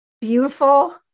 beautiful